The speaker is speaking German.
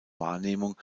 wahrnehmung